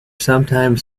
sometimes